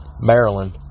Maryland